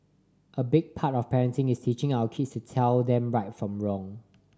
a big part of parenting is teaching our kids to tell them right from wrong